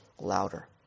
louder